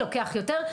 לוקח יותר.